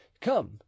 come